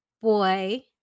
boy